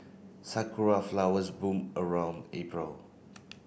Sakura flowers bloom around April